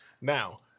Now-